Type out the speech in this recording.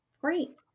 great